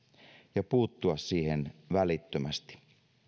ja puuttua siihen välittömästi